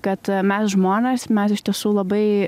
kad mes žmonės mes iš tiesų labai